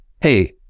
Hey